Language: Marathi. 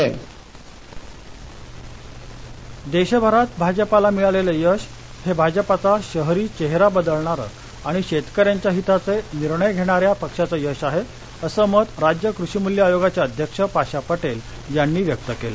लातर् देशभरात भाजपाला मिळालेलं यश हे भाजपाचा शहरी चेहरा बदलणारं आणि शेतकऱ्यांच्या हिताचे निर्णय घेणाऱ्या पक्षाचं यश आहे असं मत राज्य कृषीमृल्य आयोगाचे अध्यक्ष पाशा पटेल यांनी व्यक्त केलं